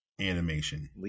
animation